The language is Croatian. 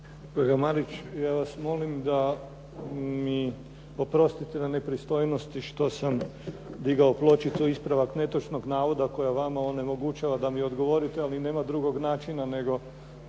Kolega Marić, ja vas molim da mi oprostite na nepristojnosti što sam digao pločicu ispravak netočnog navoda koja vama onemogućava da mi odgovorite, ali nema drugog načina nego